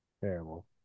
Terrible